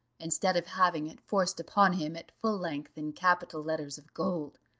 instead of having it forced upon him at full length in capital letters of gold,